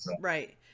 right